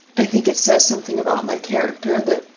i think it says something about my character that